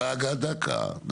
רגע, דקה.